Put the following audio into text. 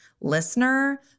listener